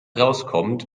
rauskommt